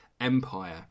Empire